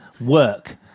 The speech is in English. work